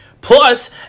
Plus